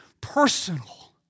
personal